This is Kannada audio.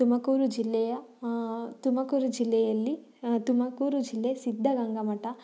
ತುಮಕೂರು ಜಿಲ್ಲೆಯ ತುಮಕೂರು ಜಿಲ್ಲೆಯಲ್ಲಿ ತುಮಕೂರು ಜಿಲ್ಲೆ ಸಿದ್ದಗಂಗಾ ಮಠ